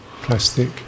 plastic